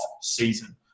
season